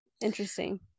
interesting